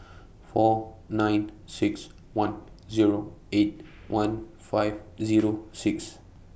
four nine six one Zero eight one five Zero six